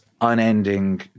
unending